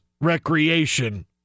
recreation